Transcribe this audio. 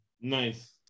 Nice